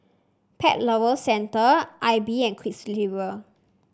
Pet Lovers Centre AIBI and Quiksilver